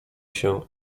się